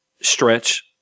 stretch